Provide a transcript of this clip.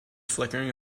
flickering